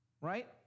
right